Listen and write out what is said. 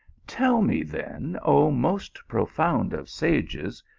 tell me then, oh most profound of sages,